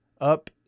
up